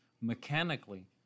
mechanically